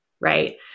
right